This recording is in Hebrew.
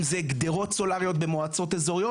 אם זה גדרות סולריות במועצות אזוריות.